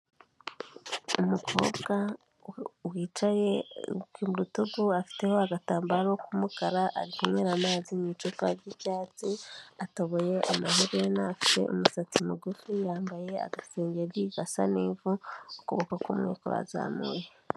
Umukobwa wicaye ku rutugu afiteho agatambaro k'umukara arigumyera amazi mu icupa ry'ibyatsi, atoboye amayeri, afite umusatsi mugufi, yambaye agasengeri gasa n'ivu. Ukuboko kumwe kwazamuye.